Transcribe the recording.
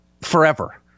forever